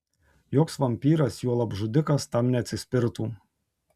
joks vampyras juolab žudikas tam neatsispirtų